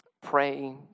pray